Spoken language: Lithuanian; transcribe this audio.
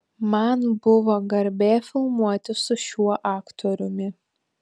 man buvo garbė filmuotis su šiuo aktoriumi